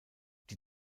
die